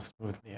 smoothly